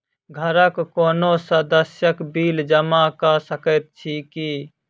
घरक कोनो सदस्यक बिल जमा कऽ सकैत छी की?